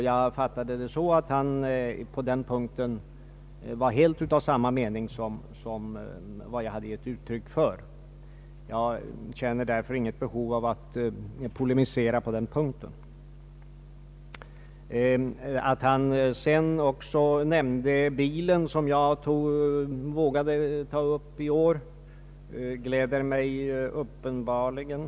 Jag fattade det så att han på den punkten helt var av den mening som jag har givit uttryck för. Jag känner därför inte något behov att att polemisera på detta avsnitt. Herr Högström nämnde bilproblemet, som jag har vågat ta upp i årets debatt. Det gläder mig verkligen.